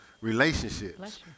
relationships